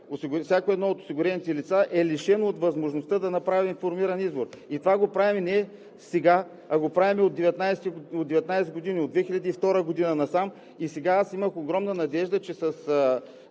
всяко едно от осигурените лица е лишено от възможността да направи информиран избор. Това го правим не сега, правим го от 19 години – от 2002 г. насам, и сега имах огромна надежда, че с